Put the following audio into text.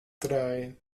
drei